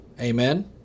Amen